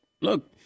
Look